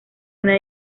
una